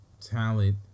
talent